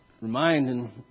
Reminding